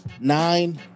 nine